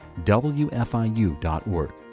WFIU.org